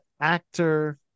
actor